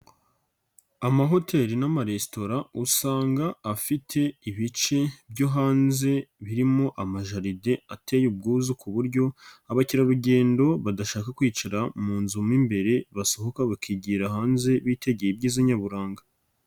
Amahoteli n'amaresitora usanga afite ibice byo hanze birimo amajaride ateye ubwuzu ku buryo, abakerarugendo badashaka kwicara mu nzu mo imbere basohoka bakigira hanze bitegeye ibyiza nyaburanga.